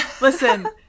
listen